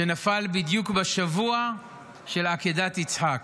שנפל בדיוק בשבוע של עקדת יצחק.